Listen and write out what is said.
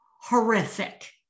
horrific